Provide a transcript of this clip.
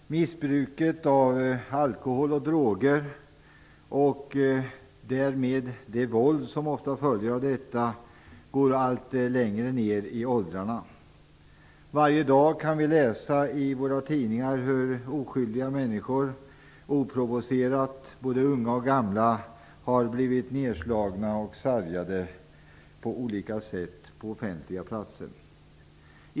Herr talman! Missbruket av alkohol och droger och det våld som ofta följer av detta går allt längre ned i åldrarna. Varje dag kan vi läsa i våra tidningar hur oskyldiga människor - både unga och gamla - oprovocerat har blivit nedslagna och sargade på olika sätt på offentliga platser.